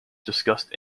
discussed